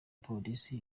polisi